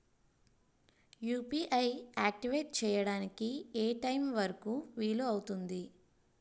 UPI activate చెయ్యడానికి ఏ time వరుకు వీలు అవుతుంది?